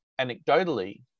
anecdotally